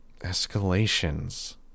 Escalations